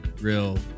Real